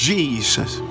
Jesus